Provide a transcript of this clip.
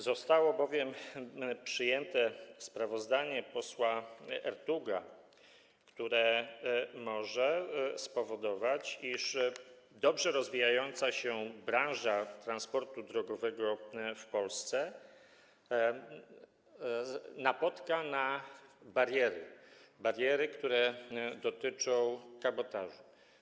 Zostało bowiem przyjęte sprawozdanie posła Ertuga, które może spowodować, iż dobrze rozwijająca się branża transportu drogowego w Polsce napotka bariery, bariery, które dotyczą kabotażu.